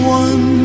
one